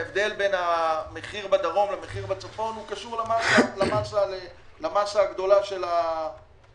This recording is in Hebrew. ההבדל בין המחיר בדרום למחיר בצפון הוא קשור למסה הגדולה של הייצור.